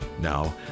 Now